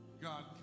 God